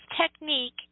technique